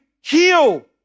heal